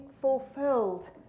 fulfilled